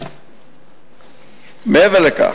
מעבר לכך,